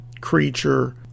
creature